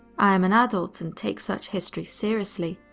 i am an adult and take such history seriously.